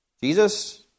Jesus